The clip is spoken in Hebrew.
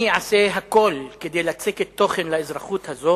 אני אעשה הכול כדי לצקת תוכן לאזרחות הזו